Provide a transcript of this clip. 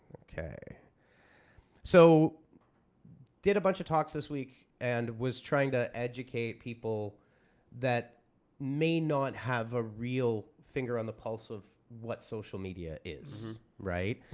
so did a budget talks this week and was trying to educate people that may not have a real finger on the pulse of what social media is right,